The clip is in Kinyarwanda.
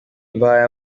mbahaye